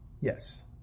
Yes